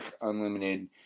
Unlimited